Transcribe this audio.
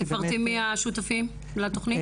תפרטי מי השותפים לתוכנית.